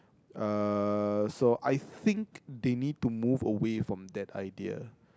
uh so I think they need to move away from that idea